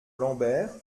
lambert